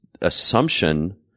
assumption